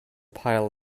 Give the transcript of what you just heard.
pile